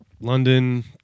London